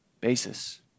basis